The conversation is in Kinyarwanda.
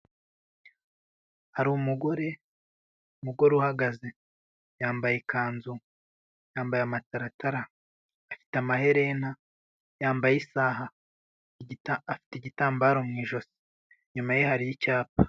Hari umugore, umugore uhagaze yambaye ikanzu, yambaye amataratara, afite amaherena, yambaye isaha, afite igitambaro mu ijosi inyuma ye hari icyapa.